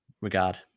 regard